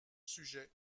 sujet